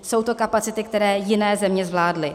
Jsou to kapacity, které jiné země zvládly.